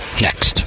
next